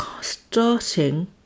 starting